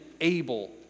able